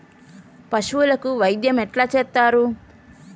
పశువులకు వైద్యం ఎట్లా చేత్తరు?